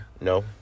No